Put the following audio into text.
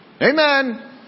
Amen